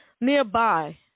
nearby